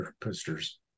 posters